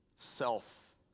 self